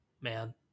Man